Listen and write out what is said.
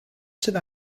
sydd